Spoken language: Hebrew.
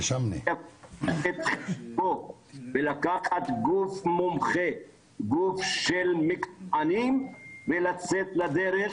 יש לקחת גוף מומחה גוף של מקצועניים ולצאת לדרך